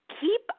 keep